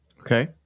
Okay